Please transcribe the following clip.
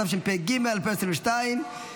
התשפ"ג 2022,